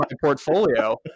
portfolio